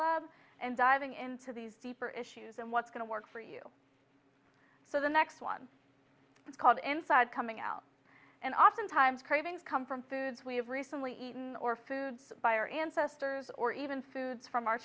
lab and diving into these deeper issues and what's going to work for you so the next one it's called inside coming out and oftentimes cravings come from foods we've recently eaten or food by our ancestors or even foods from our